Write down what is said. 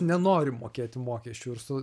nenorim mokėti mokesčių ir su